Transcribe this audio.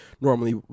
normally